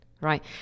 right